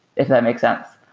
if that makes sense.